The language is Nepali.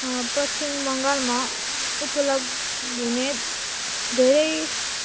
पश्चिम बङ्गालमा उपलब्ध हुने धेरै